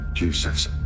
Jesus